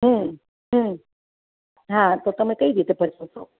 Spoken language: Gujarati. હમ્મ હમ્મ હા તો તમે કઈ રીતે ભજવશો